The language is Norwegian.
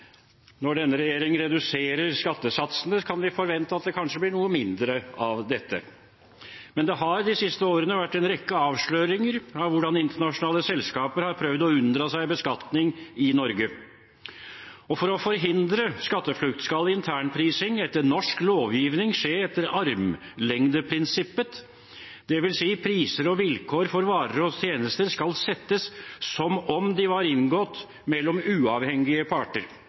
Når denne regjering reduserer skattesatsene, kan vi forvente at det kanskje blir noe mindre av dette. Det har de siste årene vært en rekke avsløringer av hvordan internasjonale selskaper har prøvd å unndra seg beskatning i Norge. For å forhindre skatteflukt skal internprising etter norsk lovgivning skje etter armlengdeprinsippet, dvs. at priser og vilkår for varer og tjenester skal settes som om de var inngått mellom uavhengige parter.